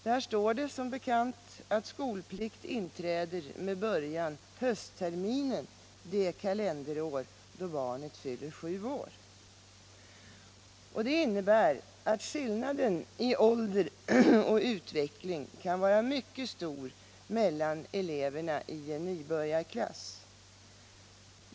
Där står det som bekant att skolplikt inträder med början av höstterminen det kalenderår då barnet fyller sju år. Detta innebär att skillnaden i ålder och utveckling kan vara mycket stor mellan eleverna i en nybörjarklass.